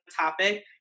topic